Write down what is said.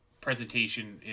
presentation